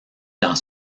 dans